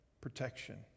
protection